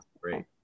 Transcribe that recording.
Great